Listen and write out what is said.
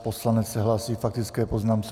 Poslanec se hlásí k faktické poznámce.